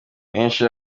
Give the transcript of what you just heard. menshi